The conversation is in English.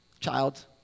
Child